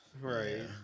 Right